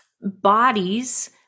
bodies